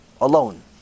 alone